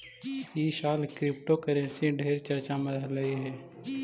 ई साल क्रिप्टोकरेंसी ढेर चर्चे में रहलई हे